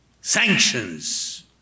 sanctions